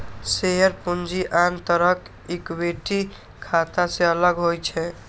share पूंजी आन तरहक इक्विटी खाता सं अलग होइ छै